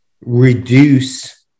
reduce